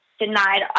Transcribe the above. denied